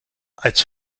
als